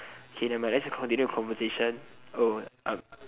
K nevermind let's just continue the conversation oh uh